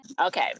Okay